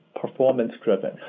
performance-driven